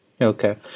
Okay